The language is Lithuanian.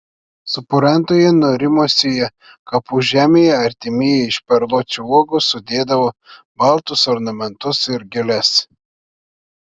supurentoje nurimusioje kapų žemėje artimieji iš perluočio uogų sudėdavo baltus ornamentus ir gėles